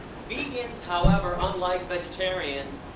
vegans, however, unlike vegetarians,